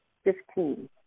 Fifteen